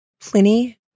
Pliny